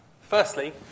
Firstly